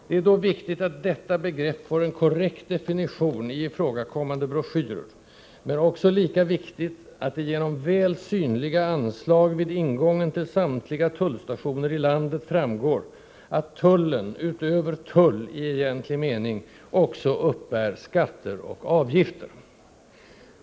Det är då viktigt att detta begrepp får en korrekt definition i ifrågakommande broschyrer, men också lika viktigt att det genom väl synliga anslag vid ingången till samtliga tullstationer i landet framgår att ”tullen” utöver ”tull” i egentlig mening också uppbär skatter och avgifter.